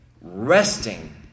resting